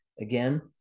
Again